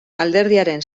alderdiaren